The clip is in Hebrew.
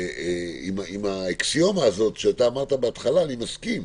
עם האקסיומה שאתה אמרת בהתחלה אני מסכים,